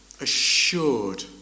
assured